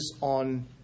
on